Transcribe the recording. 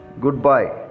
goodbye